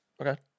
Okay